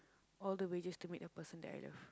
all the way just to meet the person that I love